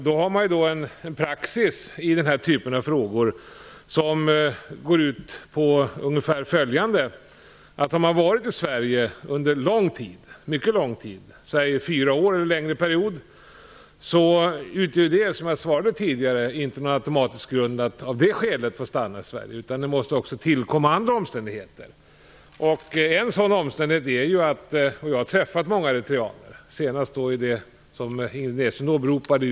Det finns en praxis i denna typ av frågor som går ut på följande: Att ha varit i Sverige under mycket lång tid - fyra år eller en ännu längre period - utgör som jag sade tidigare inte automatiskt skäl att få stanna i Sverige. Det måste också tillkomma andra omständigheter. Jag har träffat många eritreaner - senast i Umeå, vilket Ingrid Näslund åberopade.